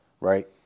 right